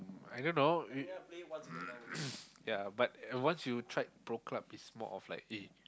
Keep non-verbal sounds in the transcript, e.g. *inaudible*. I don't know you *coughs* ya but once you tried Pro Club is more of like eh